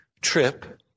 trip